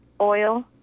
oil